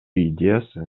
идеясы